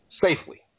safely